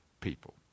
people